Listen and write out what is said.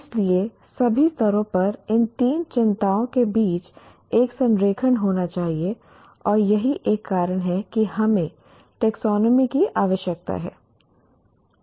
इसलिए सभी स्तरों पर इन तीन चिंताओं के बीच एक संरेखण होना चाहिए और यही एक कारण है कि हमें टेक्सोनोमी की आवश्यकता है